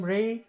Ray